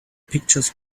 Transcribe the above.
pictures